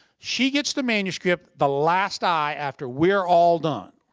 she gets the manuscript, the last eye after we're all done.